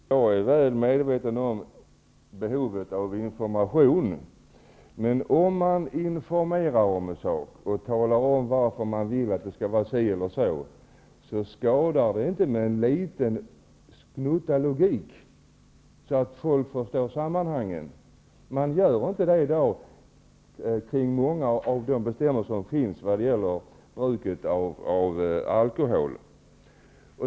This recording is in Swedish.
Herr talman! Jag är väl medveten om behovet av information. Men om man informerar om en sak och talar om varför man vill att det skall vara si eller så skadar det inte med en liten gnutta logik, så att folk förstår sammanhangen. Man informerar i dag inte om logiken kring många av de bestämmelser som finns när det gäller bruket av alkohol.